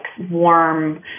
warm